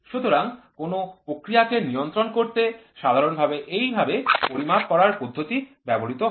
সুতরাং কোন প্রক্রিয়াকে নিয়ন্ত্রণ করতে সাধারণভাবে এই ভাবে পরিমাপ করার পদ্ধতিগুলি ব্যবহৃত হয়